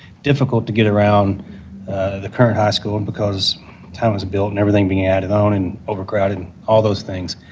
difficult to get around the current high school, and because how it was built and everything being added on and overcrowded and all those things,